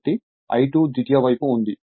కాబట్టి I2 ద్వితీయ వైపు ఉంది